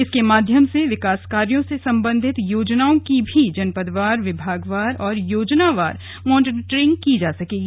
इसके माध्यम से विकास कार्यों से सबंधित योजनाओं की भी जनपदवार विभागवार और योजनावार मॉनटरिंग की जा सकेगी